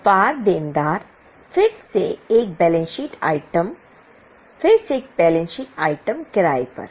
व्यापार देनदार फिर से एक बैलेंस शीट आइटम फिर से एक बैलेंस शीट आइटम किराए पर